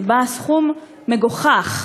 ובה סכום, מגוחך,